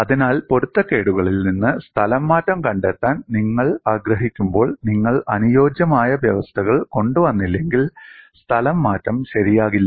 അതിനാൽ പൊരുത്തക്കേടുകളിൽ നിന്ന് സ്ഥലംമാറ്റം കണ്ടെത്താൻ നിങ്ങൾ ആഗ്രഹിക്കുമ്പോൾ നിങ്ങൾ അനുയോജ്യ വ്യവസ്ഥകൾ കൊണ്ടുവന്നില്ലെങ്കിൽ സ്ഥലംമാറ്റം ശരിയാകില്ല